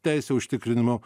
teisių užtikrinimu